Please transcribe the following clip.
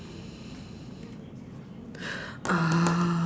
uh